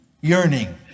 yearning